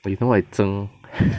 you know what is zhng